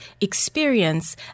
experience